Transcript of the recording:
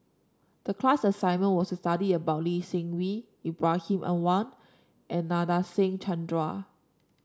the class assignment was to study about Lee Seng Wee Ibrahim Awang and Nadasen Chandra